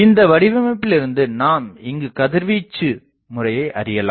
இந்த வடிவமைப்பில் இருந்து நாம் இங்குக் கதிர்வீச்சு முறையை அறியலாம்